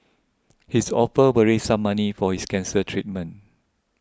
his offer will raise some money for his cancer treatment